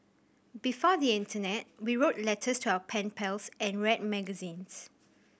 before the internet we wrote letters to our pen pals and read magazines